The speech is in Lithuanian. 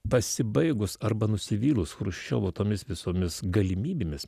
pasibaigus arba nusivylus chruščiovo tomis visomis galimybėmis